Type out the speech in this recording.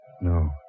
No